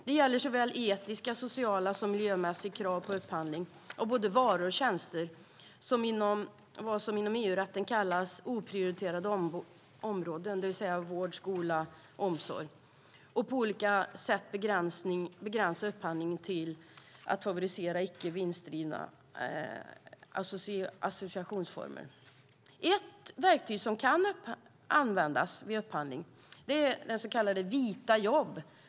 Det gäller såväl etiska som sociala och miljömässiga krav vid upphandling av både varor och tjänster och det som inom EU-rätten kallas oprioriterade områden, det vill säga vård, skola och omsorg. Det handlar om att på olika sätt begränsa upphandlingen till eller favorisera icke vinstdrivna associationsformer. Ett verktyg som kan användas vid upphandling är så kallade vita jobb.